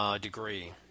degree